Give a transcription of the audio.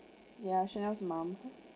yeah chanel's mum